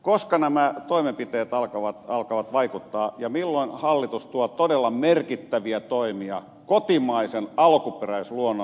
koska nämä toimenpiteet alkavat vaikuttaa ja milloin hallitus tuo todella merkittäviä toimia kotimaisen alkuperäisluonnon suojelemiseksi